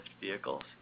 vehicles